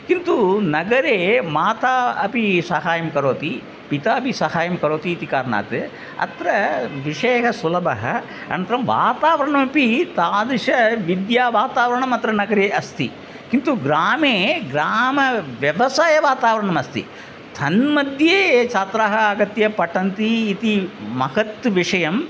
किन्तु नगरे माता अपि साहाय्यं करोति पिता अपि साहाय्यं करोति इति कारणात् अत्र विषयः सुलभः अनन्तरं वातावरणमपि तादृशं विद्यावातावरणम् अत्र नगरे अस्ति किन्तु ग्रामे ग्रामव्यवसायवातावरणम् अस्ति तन्मध्ये छात्राः आगत्य पठन्ति इति महत् विषयः